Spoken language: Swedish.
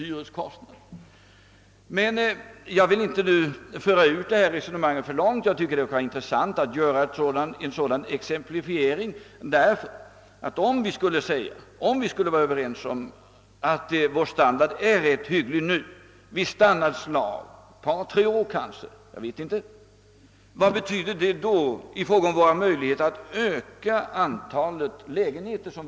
Jag vill dock inte nu föra detta resonemang för långt, men jag tyckte det kunde vara intressant att göra en sådan exemplifiering, ty om vi är överens om att vår standard för närvarande är rätt hygglig kan man undra vilka möjligheter vi skulle få att öka antalet nybyggda lägenheter, om vi under kanske ett par, tre år stannar upp standardutvecklingen.